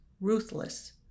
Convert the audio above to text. ruthless